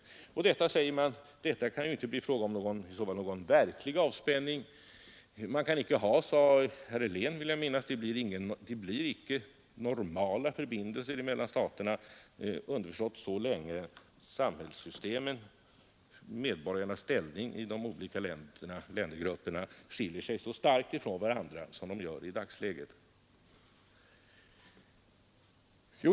Med denna motsägelse skulle det inte kunna bli frågan om någon verklig avspänning. Jag vill minnas att herr Helén uttryckt det så att det inte går att tala om normala förbindelser mellan staterna, så länge samhällssystemen och medborgarnas ställning i de olika ländergrupperna skiljer sig så starkt från varandra som de gör i dagsläget.